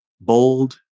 bold